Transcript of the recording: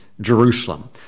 Jerusalem